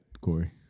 Corey